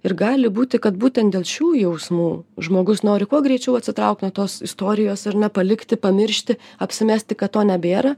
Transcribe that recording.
ir gali būti kad būtent dėl šių jausmų žmogus nori kuo greičiau atsitraukt nuo tos istorijos ar ne palikti pamiršti apsimesti kad to nebėra